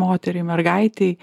moteriai mergaitei